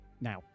Now